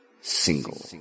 Single